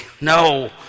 No